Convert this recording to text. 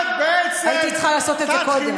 זה בעצם, הייתי צריכה לעשות את זה קודם.